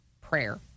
prayer